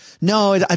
no